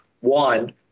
One